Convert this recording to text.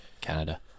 Canada